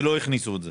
ולא הכניסו את זה?